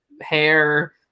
hair